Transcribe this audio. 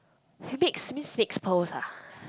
can mix mix six pearls ah